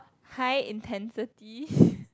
high intensity